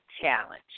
challenge